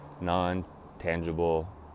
non-tangible